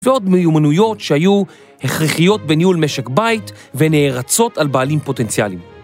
ועוד מיומנויות שהיו הכרחיות בניהול משק בית ונערצות על בעלים פוטנציאליים.